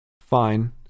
Fine